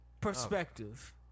Perspective